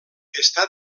està